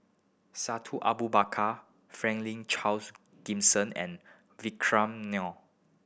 Abu Bakar Franklin Charles Gimson and Vikram Nair